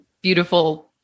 beautiful